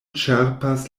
ĉerpas